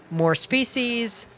more species,